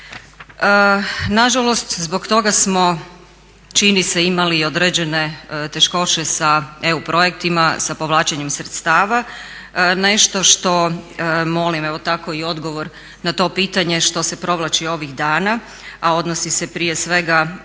Na žalost zbog toga smo čini se imali i određene teškoće sa EU projektima, sa povlačenjem sredstava. Nešto što molim evo tako i odgovor na to pitanje što se provlači ovih dana, a odnosi se prije svega